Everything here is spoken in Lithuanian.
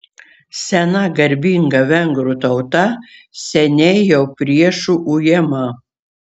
sena garbinga vengrų tauta seniai jau priešų ujama